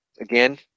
again